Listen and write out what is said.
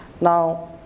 Now